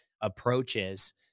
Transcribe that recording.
approaches